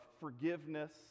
forgiveness